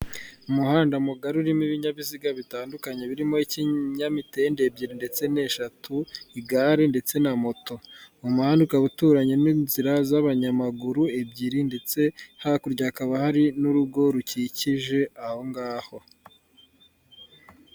Umuhanda mugari urimo ibinyabiziga bitandukanye birimo ikinyamitende ebyiri ndetse n'eshatu, igare ndetse na moto uyu muhanda ukaba uturanye n'inzira z'abanyamaguru ebyiri ndetse hakurya hakaba hari n'urugo rukikije aho ngaho.